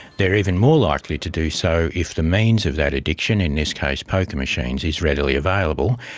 they are even more likely to do so if the means of that addiction, in this case poker machines, is readily available,